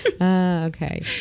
okay